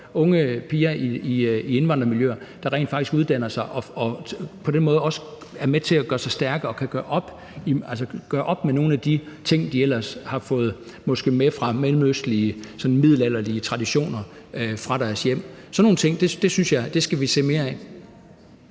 unge piger i indvandrermiljøer, der rent faktisk uddanner sig og på den måde også er med til at gøre sig stærke og kan gøre op med nogle af de ting, de måske ellers har fået med fra mellemøstlige, sådan middelalderlige traditioner fra deres hjem. Sådan nogle ting synes jeg vi skal se mere af.